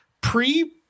pre